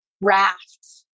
raft